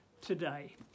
today